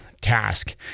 task